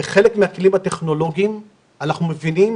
בחלק מהכלים הטכנולוגיים אנחנו מבינים